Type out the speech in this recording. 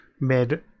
made